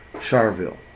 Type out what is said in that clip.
Charville